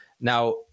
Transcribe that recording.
Now